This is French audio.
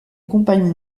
compagnie